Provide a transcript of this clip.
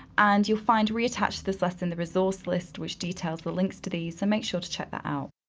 and you'll find reattached to this lesson the resource list which details the links to these, so make sure to check that out,